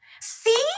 see